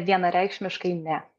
vienareikšmiškai ne